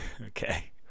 Okay